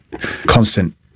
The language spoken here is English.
constant